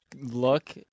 look